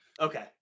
Okay